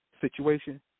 situation